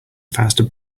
faster